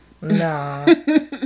No